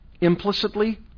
implicitly